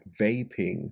vaping